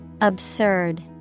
absurd